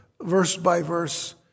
verse-by-verse